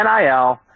NIL